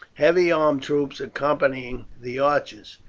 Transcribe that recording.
heavy armed troops accompanying the archers.